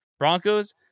Broncos